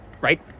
right